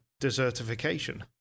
desertification